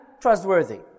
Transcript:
trustworthy